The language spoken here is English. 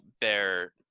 bear